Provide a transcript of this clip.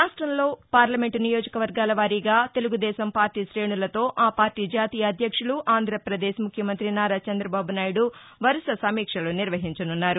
రాష్టంలో పార్లమెంటు నియోజకవర్గాల వారీగా తెలుగుదేశం పార్లీ తేణులతో ఆ పార్లీ జాతీయ అధ్యక్షులు ఆంధ్రాపదేశ్ ముఖ్యమంతి నారా చంద్రబాబు నాయుడు వరుస సమీక్షలు నిర్వహించనున్నారు